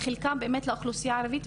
וחלקם באמת לאוכלוסייה הערבית.